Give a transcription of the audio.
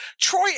Troy